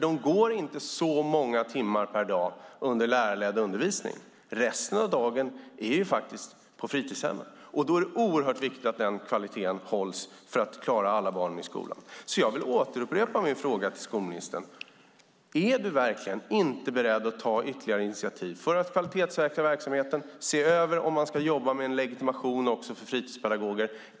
Det är inte så många timmar per dag som är lärarledd undervisning. Resten av dagen är de faktiskt på fritidshemmen. Det är oerhört viktigt att den kvaliteten hålls för att man ska klara alla barnen i skolan. Därför vill jag upprepa min fråga till skolministern: Är du verkligen inte beredd att ta ytterligare initiativ för att kvalitetssäkra verksamheten och se över om man ska jobba med en legitimation också för fritidspedagoger?